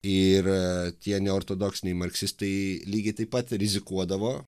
ir tie neortodoksiniai marksistai lygiai taip pat rizikuodavo